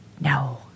No